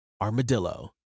Armadillo